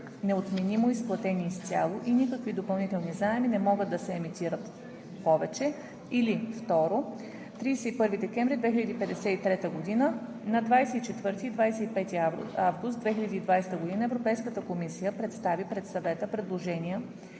неотменимо изплатени изцяло и никакви допълнителни заеми не могат да се емитират повече, или (2) 31 декември 2053 г. На 24 и 25 август 2020 г. Европейската комисия представи пред Съвета предложения